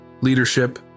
leadership